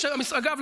כי יש בה סכום,